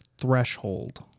Threshold